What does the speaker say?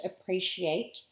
appreciate